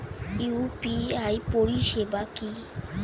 UPI পরিষেবা কি?